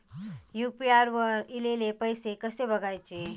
UPI वर ईलेले पैसे कसे बघायचे?